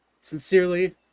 sincerely